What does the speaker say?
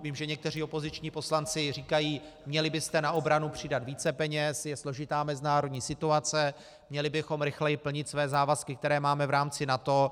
Vím, že někteří opoziční poslanci říkají: Měli byste na obranu přidat více peněz, je složitá mezinárodní situace, měli bychom rychleji plnit své závazky, které máme v rámci NATO.